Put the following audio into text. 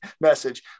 message